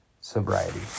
sobriety